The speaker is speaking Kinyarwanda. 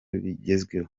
bigezweho